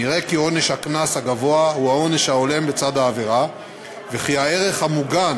נראה כי עונש הקנס הגבוה הוא העונש ההולם בצד העבירה וכי הערך המוגן